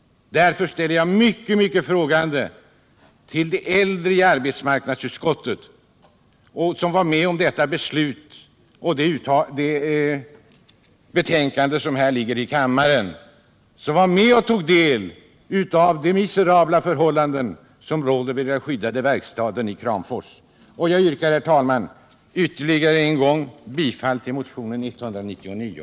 Därför ställer jag mig mycket frågande till de äldre i arbetsmarknadsutskottet som varit med om det betänkande som här föreligger i kammaren och som också var med och tog del av de miserabla förhållanden som råder vid den skyddade verkstaden i Kramfors. Jag yrkar, herr talman, ytterligare en gång bifall till motionen 199.